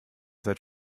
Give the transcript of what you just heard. seid